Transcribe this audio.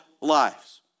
lives